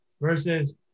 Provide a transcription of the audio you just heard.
versus